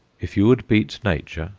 if you would beat nature,